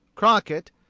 crockett,